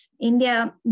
India